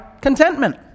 contentment